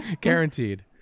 Guaranteed